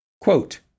Quote